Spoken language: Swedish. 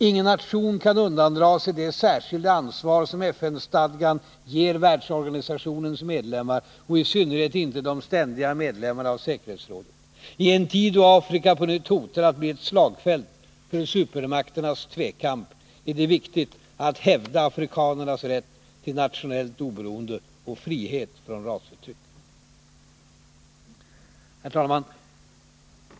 Ingen nation kan undandra sig det särskilda ansvar som FN-stadgan ger världsorganisationens medlemmar, och i synnerhet inte de ständiga medlemmarna av säkerhetsrådet. I en tid då Afrika på nytt hotar att bli ett slagfält för supermakternas tvekamp, är det viktigt att hävda afrikanernas rätt till nationellt oberoende och frihet från rasförtryck. Herr talman!